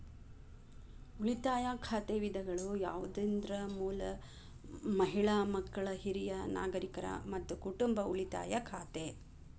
ಉಳಿತಾಯ ಖಾತೆ ವಿಧಗಳು ಯಾವಂದ್ರ ಮೂಲ, ಮಹಿಳಾ, ಮಕ್ಕಳ, ಹಿರಿಯ ನಾಗರಿಕರ, ಮತ್ತ ಕುಟುಂಬ ಉಳಿತಾಯ ಖಾತೆ